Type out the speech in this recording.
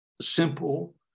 simple